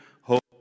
hope